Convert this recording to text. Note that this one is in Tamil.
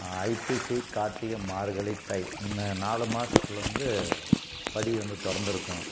ஐப்பசி கார்த்திகை மார்கழி தை இந்த நாலு மாசத்தில் வந்து படி வந்து திறந்து இருக்கும்